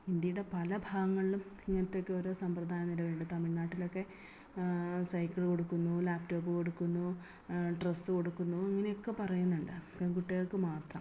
ഇന്ത്യയുടെ പല ഭാഗങ്ങളിലും ഇങ്ങനത്തെയൊക്കേ ഓരോ സമ്പ്രദായം നിലവിലുണ്ട് തമിഴ്നാട്ടിലൊക്കെ സൈക്കിൾ കൊടുക്കുന്നു ലാപ്പ് ടോപ്പ് കൊടുക്കുന്നു ഡ്രസ്സ് കൊടുക്കുന്നു ഇങ്ങനെയൊക്കെ പറയുന്നുണ്ട് പെൺകുട്ടികൾക്കു മാത്രം